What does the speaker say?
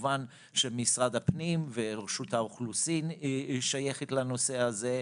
כמובן שמשרד הפנים ורשות האוכלוסין שייכים לנושא הזה,